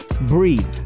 Breathe